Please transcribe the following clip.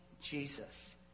Jesus